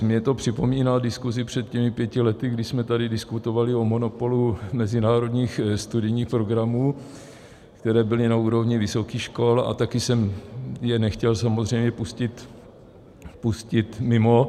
Mně to připomíná diskuzi před pěti lety, kdy jsme tady diskutovali o monopolu mezinárodních studijních programů, které byly na úrovni vysokých škol, a taky jsem je nechtěl samozřejmě pustit mimo.